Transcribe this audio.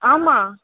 ஆமாம்